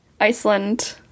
Iceland